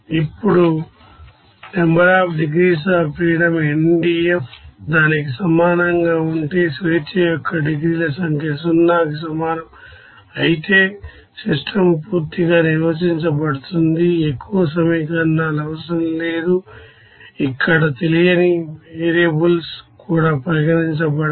ఇప్పుడు NDF NDF దానికి సమానంగా ఉంటే డిగ్రీస్ అఫ్ ఫ్రీడమ్ సంఖ్య 0 కి సమానం అయితే సిస్టమ్ పూర్తిగా నిర్వచించబడుతుంది ఎక్కువ సమీకరణాలు అవసరం లేదు అక్కడ తెలియని వేరియబుల్స్ కూడా పరిగణించబడవు